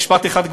משפט אחד,